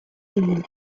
egin